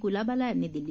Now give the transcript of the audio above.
कुलाबाला यांनी दिली